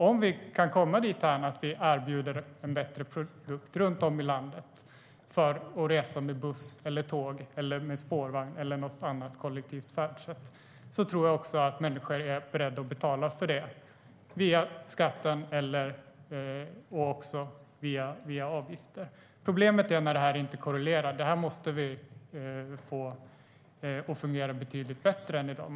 Om vi kan komma dithän att vi erbjuder en bättre produkt runt om i landet för att resa med buss, tåg, spårvagn eller något annat kollektivt färdsätt tror jag också att människor är beredda att betala för det via skatten och också via avgifter. Problemet är när detta inte korrelerar. Det här måste vi få att fungera betydligt bättre än i dag.